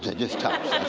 just tops, that's